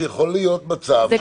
שיכול להיות מצב,